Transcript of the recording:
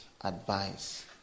advice